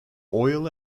oil